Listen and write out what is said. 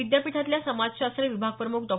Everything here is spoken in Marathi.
विद्यापीठातल्या समाजशास्त्र विभागप्रमुख डॉ